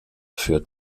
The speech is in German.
für